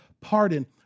pardon